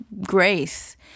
grace